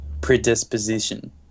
predisposition